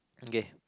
okay